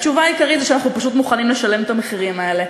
התשובה העיקרית היא שאנחנו פשוט מוכנים לשלם את המחירים האלה.